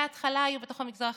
מההתחלה היו בתוך המגזר החרדי,